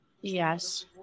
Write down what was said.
Yes